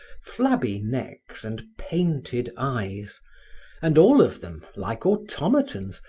flabby necks and painted eyes and all of them, like automatons,